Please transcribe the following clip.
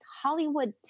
Hollywood